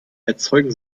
erzeugen